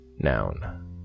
Noun